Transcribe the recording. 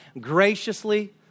graciously